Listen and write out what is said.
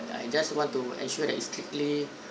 I just want to ensure that is strictly